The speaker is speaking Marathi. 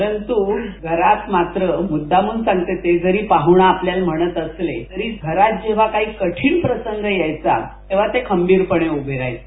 परंतु घरात मात्र मुद्दाम सांगते मी ते जरी पाह्णा आपल्यायला म्हणत असले तरी घरात जेव्हा काही कठीण प्रसंग यायचा तेव्हा ते खंबीरपणे उभे रहायचे